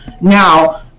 now